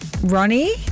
Ronnie